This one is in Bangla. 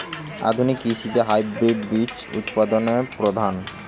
আধুনিক কৃষিতে হাইব্রিড বীজ উৎপাদন প্রধান